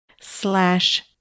slash